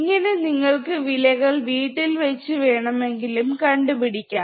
ഇങ്ങനെ നിങ്ങൾക്ക് വിലകൾ വീട്ടിൽ വച്ച് വേണമെങ്കിലും കണ്ടുപിടിക്കാം